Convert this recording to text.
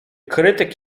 krytyk